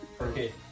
Okay